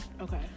Okay